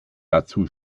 dazu